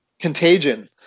Contagion